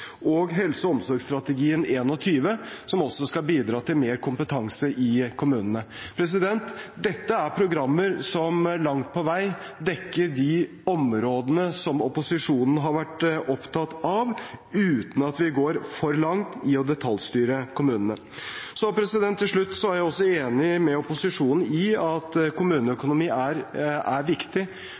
og HelseOmsorg21-strategien, som også skal bidra til mer kompetanse i kommunene. Dette er programmer som langt på vei dekker de områdene som opposisjonen har vært opptatt av, uten at vi går for langt i å detaljstyre kommunene. Så til slutt: Jeg er også enig med opposisjonen i at kommuneøkonomi er viktig